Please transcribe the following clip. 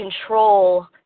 control